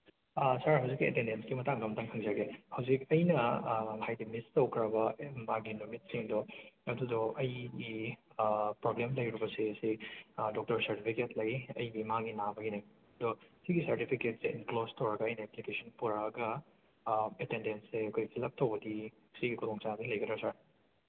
ꯑꯥ sir ꯍꯧꯖꯤꯛꯇꯤ ꯑꯦꯇꯦꯟꯗꯦꯟꯁꯀꯤ ꯃꯇꯥꯡꯗꯣ ꯑꯝꯇꯪ ꯍꯪꯖꯒꯦ ꯍꯧꯖꯤꯛ ꯑꯩꯅ ꯍꯥꯏꯗꯤ ꯃꯤꯁ ꯇꯧꯈ꯭ꯔꯕ ꯃꯥꯒꯤ ꯅꯨꯃꯤꯠꯁꯤꯡꯗꯣ ꯑꯗꯨꯗꯣ ꯑꯩꯒꯤ ꯄ꯭ꯔꯣꯕ꯭ꯂꯦꯝ ꯂꯩꯔꯨꯕꯁꯦ ꯁꯤ ꯗꯣꯛꯇꯔ ꯁꯔꯗꯤꯕꯤꯒꯦꯠ ꯂꯩ ꯑꯩꯒꯤ ꯏꯃꯥꯒꯤ ꯅꯥꯕꯒꯤꯅꯤ ꯑꯗꯨ ꯁꯤꯒꯤ ꯁꯥꯔꯗꯤꯕꯤꯒꯦꯠꯁꯦ ꯏꯟꯀ꯭ꯂꯣꯁ ꯇꯧꯔꯒ ꯑꯩꯅ ꯑꯦꯄ꯭ꯂꯤꯀꯦꯁꯟ ꯄꯣꯔꯛꯑꯒ ꯑꯦꯇꯦꯟꯗꯦꯟꯁꯁꯦ ꯑꯩꯈꯣꯏ ꯐꯤꯜꯂꯞ ꯇꯧꯕꯗꯤ ꯁꯤꯒꯤ ꯈꯨꯗꯣꯡꯆꯥꯕꯗꯤ ꯂꯩꯒꯗ꯭ꯔꯥ ꯁꯥꯔ